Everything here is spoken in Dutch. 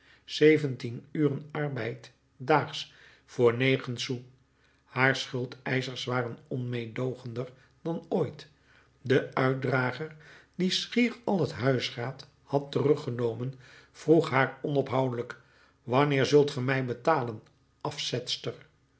uren arbeid daags voor negen sous haar schuldeischers waren onmeedoogender dan ooit de uitdrager die schier al het huisraad had teruggenomen vroeg haar onophoudelijk wanneer zult ge mij betalen afzetster